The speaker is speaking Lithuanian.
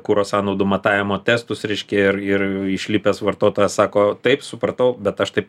kuro sąnaudų matavimo testus reiškia ir ir išlipęs vartotojas sako taip supratau bet aš taip